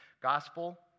Gospel